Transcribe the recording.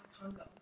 Congo